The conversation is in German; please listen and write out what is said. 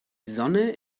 sonne